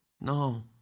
No